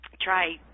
try